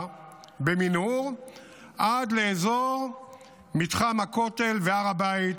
במנהור עד לאזור מתחם הכותל והר הבית,